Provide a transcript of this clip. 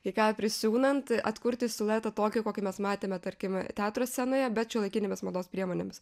kai ką prisiūnant atkurti siluetą tokį kokį mes matėme tarkim teatro scenoje bet šiuolaikinėmis mados priemonėmis